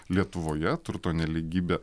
lietuvoje turto nelygybė